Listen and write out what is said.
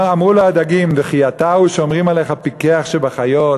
אמרו לו הדגים: וכי אתה הוא שאומרים עליך פיקח שבחיות?